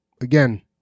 again